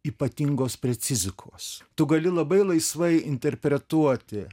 ypatingos precizikos tu gali labai laisvai interpretuoti